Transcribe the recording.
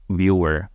viewer